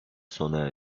sona